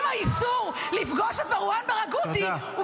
-- אם האיסור לפגוש את מרואן ברגותי הוא